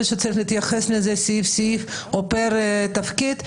שצריך להתייחס לזה סעיף-סעיף או פר תפקיד,